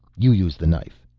you use the knife.